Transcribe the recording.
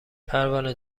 پروانه